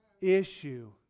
issue